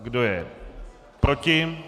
Kdo je proti?